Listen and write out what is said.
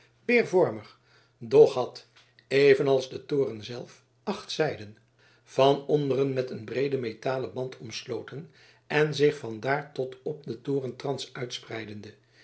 doch had evenals de toren zelf acht zijden van onderen met een breeden metalen band omsloten en zich van daar tot op den torentrans uitspreidende